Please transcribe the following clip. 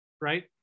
right